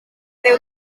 déu